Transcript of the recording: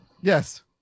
Yes